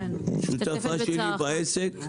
שותפה שלי בעסק,